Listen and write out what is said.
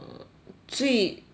最无关